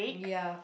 ya